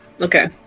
okay